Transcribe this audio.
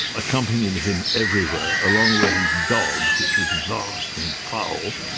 accompanied him everywhere, along with his dog which was vast and foul,